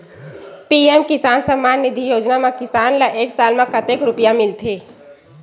PM Kisan Samman Nidhi Yojana म किसान ल एक साल म कतेक रुपिया मिलथे?